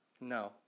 No